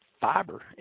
fiber